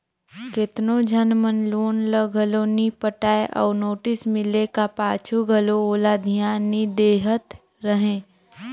केतनो झन मन लोन ल घलो नी पटाय अउ नोटिस मिले का पाछू घलो ओला धियान नी देहत रहें